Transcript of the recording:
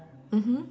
mmhmm